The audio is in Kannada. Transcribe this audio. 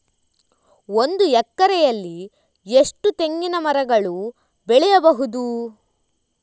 ಒಂದು ಎಕರೆಯಲ್ಲಿ ಎಷ್ಟು ತೆಂಗಿನಮರಗಳು ಬೆಳೆಯಬಹುದು?